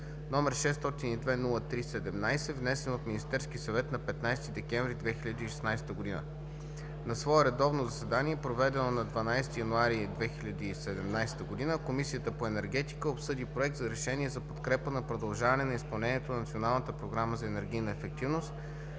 № 602-03-17, внесен от Министерския съвет на 15 декември 2016 г. На свое редовно, заседание проведено на 12 януари 2017 г., Комисията по енергетика обсъди проект за решение за подкрепа на продължаване на изпълнението на